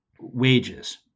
wages